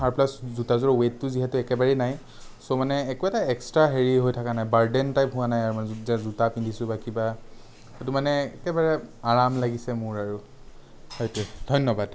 আৰু প্লাছ জোতাযোৰৰ ৱেইটটো যিহেতু একেবাৰেই নাই চ' মানে একো এটা এক্সট্ৰা হেৰি হৈ থাকা নাই বাৰ্ডেন টাইপ হোৱা নাই আৰু মানে যে জোতা পিন্ধিছোঁ বা কিবা সেইটো মানে একেবাৰে আৰাম লাগিছে মোৰ আৰু সেইটোৱেই ধন্য়বাদ